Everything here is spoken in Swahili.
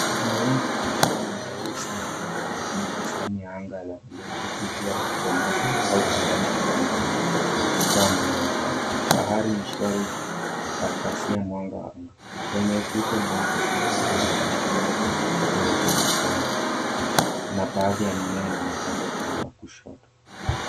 Mawingu makubwa na meusi na meupe yamefunika sehemu ya anga la bluu huku jua likichomoza au kuzama nyuma ya mawingu likitoa mwanga mkali. Bahari ni shwari lakikasia mwanga. Kwenye ufukwe mweusi kuna kivuli cha mtu mmoja kinachoonekana na baadhi ya mimea inaonekana upande wa kushoto.